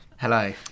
Hello